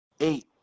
Eight